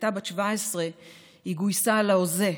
כשהייתה בת 17 היא גויסה לאוז"ה,